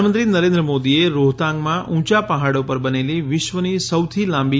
પ્રધાનમંત્રી નરેન્દ્ર મોદીએ રોહતાંગમાં ઊંચા પહાડો પર બનેલી વિશ્વની સૌથી લાંબી